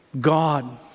God